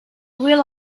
will